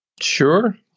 Sure